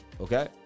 Okay